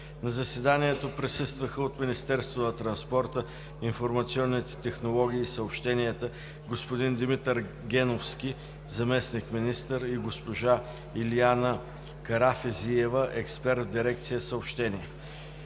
На заседанието присъстваха: от Министерството на транспорта, информационните технологии и съобщенията – господин Димитър Геновски, заместник-министър, и госпожа Илияна Карафизиева, експерт в дирекция „Съобщения”.